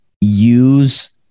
use